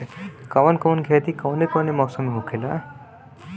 कवन कवन खेती कउने कउने मौसम में होखेला?